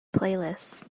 playlist